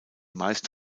meist